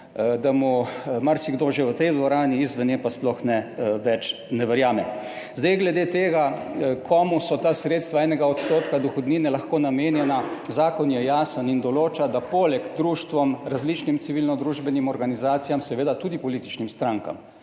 da mu marsikdo že v tej dvorani, izven nje pa sploh več ne verjame. Zdaj glede tega, komu so ta sredstva enega odstotka dohodnine lahko namenjena, zakon je jasen in določa, da poleg društvom, različnim civilno-družbenim organizacijam, seveda tudi političnim strankam,